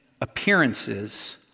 appearances